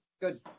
Good